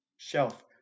shelf